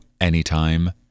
anytime